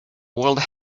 world